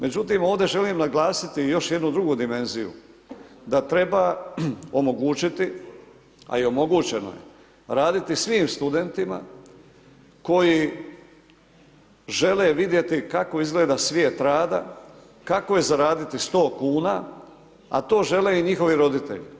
Međutim ovdje želim naglasiti još jednu drugu dimenziju, da treba omogućiti a i omogućeno je, raditi svim studentima koji žele vidjeti kako izgleda svijet rada, kako je zaraditi 100 kn, a to žele i njihovi roditelji.